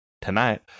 tonight